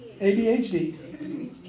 ADHD